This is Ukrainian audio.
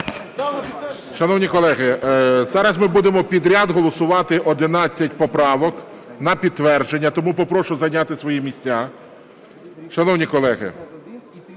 Шановні колеги, зараз ми будемо підряд голосувати 11 поправок на підтвердження. Тому попрошу зайняти свої місця. Шановні колеги,